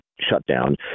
shutdown